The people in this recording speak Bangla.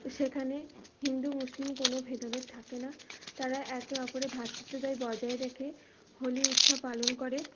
সেখানে হিন্দু মুসলিম কোনো ভেদাভেদ থাকে না তারা একে অপরের ভ্রাতৃত্বতাই বজায় রেখে হোলি উৎসব পালন করে